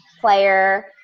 player